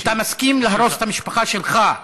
אתה מסכים להרוס את המשפחה שלך,